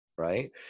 right